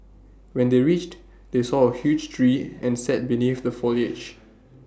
when they reached they saw A huge tree and sat beneath the foliage